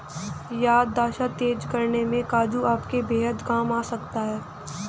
याददाश्त तेज करने में काजू आपके बेहद काम आ सकता है